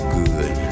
good